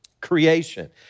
creation